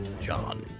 John